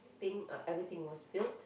think uh everything was built